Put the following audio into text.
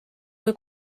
kui